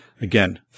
again